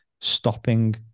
stopping